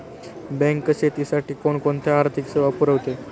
Bank शेतीसाठी कोणकोणत्या आर्थिक सेवा पुरवते?